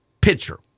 pitcher